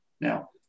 now